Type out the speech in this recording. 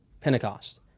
pentecost